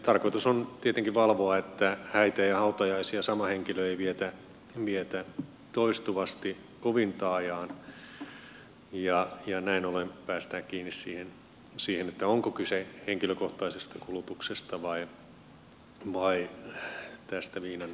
tarkoitus on tietenkin valvoa että häitä ja hautajaisia sama henkilö ei vietä toistuvasti kovin taajaan ja näin ollen päästään kiinni siihen onko kyse henkilökohtaisesta kulutuksesta vai tästä viinan trokaamisesta